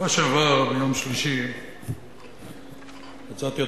ביום שלישי בשבוע שעבר יצאתי,